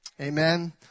Amen